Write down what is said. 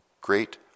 great